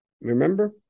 Remember